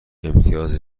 امتیاز